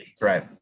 Right